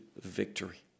victory